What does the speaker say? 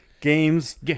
Games